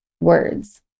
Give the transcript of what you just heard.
words